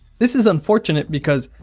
this is unfortunate because,